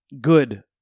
good